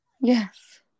Yes